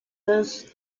los